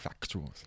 factuals